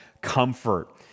comfort